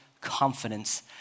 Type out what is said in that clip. confidence